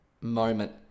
moment